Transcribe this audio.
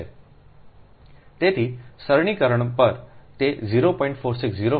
તેથી સરળીકરણ પર તે 0